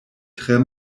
tre